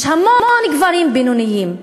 יש המון גברים בינוניים,